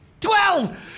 Twelve